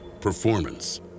Performance